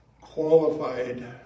qualified